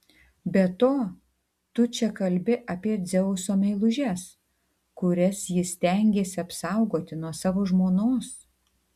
be to tu čia kalbi apie dzeuso meilužes kurias jis stengėsi apsaugoti nuo savo žmonos